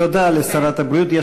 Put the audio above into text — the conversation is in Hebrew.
תודה לשרת הבריאות.